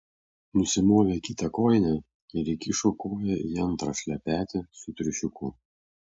nusimovė kitą kojinę ir įkišo koją į antrą šlepetę su triušiuku